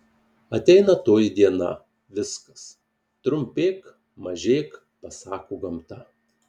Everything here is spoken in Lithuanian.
ateina toji diena viskas trumpėk mažėk pasako gamta